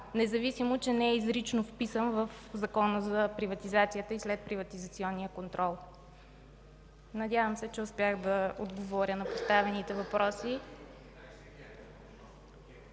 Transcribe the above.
независимо че не е изрично вписан в Закона за приватизацията и следприватизационния контрол. Надявам се, че успях на отговоря на поставените въпроси.